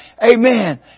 Amen